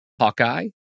Hawkeye